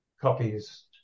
copies